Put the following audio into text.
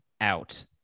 out